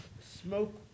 Smoke